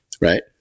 right